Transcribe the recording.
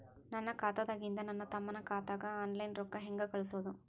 ನನ್ನ ಖಾತಾದಾಗಿಂದ ನನ್ನ ತಮ್ಮನ ಖಾತಾಗ ಆನ್ಲೈನ್ ರೊಕ್ಕ ಹೇಂಗ ಕಳಸೋದು?